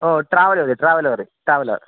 ഓ travel മതി travel മതി traveller